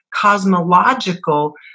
cosmological